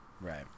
right